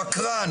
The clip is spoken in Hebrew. שקרן.